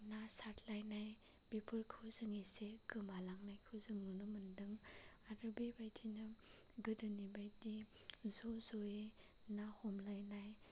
ना सारलायनाय बेफोरखौ जों एसे गोमालांनायखौ जों नुनो मोनदों आरो बेबादिनो गोदोनि बादि ज' जयै ना हमलायनाय